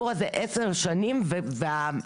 אסור שיקרה פה תהליך שבאיזה שהוא שלב